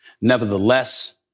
Nevertheless